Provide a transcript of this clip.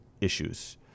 issues